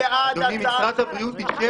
משרד הבריאות אישר